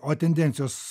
o tendencijos